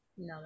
no